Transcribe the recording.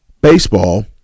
Baseball